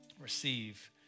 receive